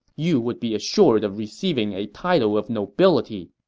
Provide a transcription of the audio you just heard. you would be assured of receiving a title of nobility.